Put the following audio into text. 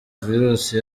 virusi